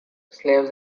slaves